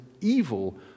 evil